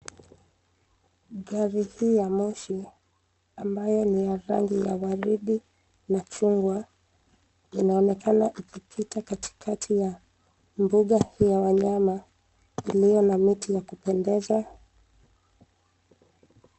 Gari hii ya moshi, ambayo ni ya rangi ya waridi, na chungwa, linaonekana ikipita katikati ya mbunga hii ya wanyama, iliyo na miti ya kupendeza.